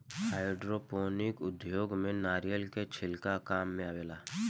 hydroponic उद्योग में नारिलय के छिलका काम मेआवेला